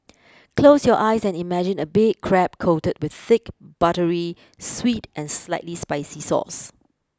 close your eyes and imagine a big crab coated with thick buttery sweet and slightly spicy sauce